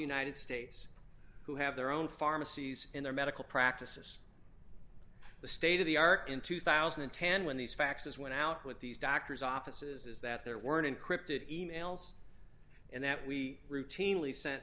united states who have their own pharmacies in their medical practices the state of the are in two thousand and ten when these faxes went out with these doctors offices that there were an encrypted e mails and that we routinely sent